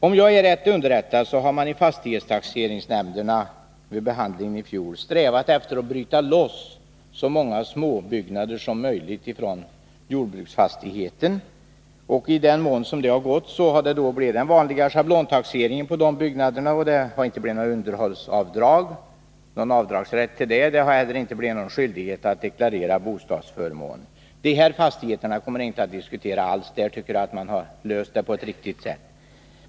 Om jag är rätt underrättad har man vid fastighetstaxeringsnämnderna i samband med behandlingen av de här frågorna i fjol strävat efter att bryta loss så många småbyggnader som möjligt från jordbruksfastigheten. I den mån detta har gått har man tillämpat den vanliga schablontaxeringen för dessa byggnader, och jordbrukarna har inte fått någon rätt till avdrag för underhåll och inte heller någon skyldighet att deklarera bostadsförmån. Dessa fastigheter kommer jag inte att diskutera här, för jag tycker att man harlöst detta på ett riktigt sätt.